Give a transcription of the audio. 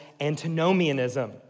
antinomianism